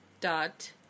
dot